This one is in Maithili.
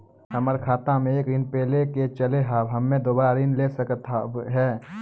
हमर खाता मे एक ऋण पहले के चले हाव हम्मे दोबारा ऋण ले सके हाव हे?